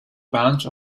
bunch